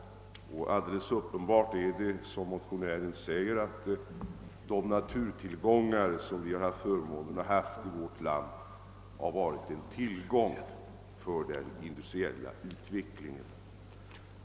Alldeles uppenbart är att — som motionären framhåller — de naturtillgångar vi haft förmånen att äga i vårt land varit avgörande för den industriella utvecklingen.